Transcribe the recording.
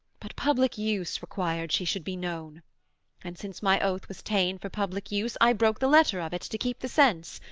but public use required she should be known and since my oath was ta'en for public use, i broke the letter of it to keep the sense.